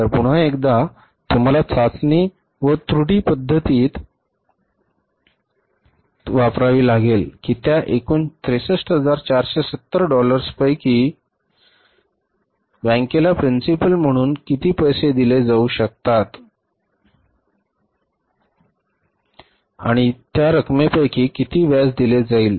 तर पुन्हा एकदा तुम्हाला चाचणी व त्रुटी पद्धत वापरावी लागेल की त्या एकूण 63470 डॉलर्सपैकी बँकेला प्रिन्सिपल म्हणून किती पैसे दिले जाऊ शकतात आणि त्या रकमेपैकी किती व्याज दिले जाईल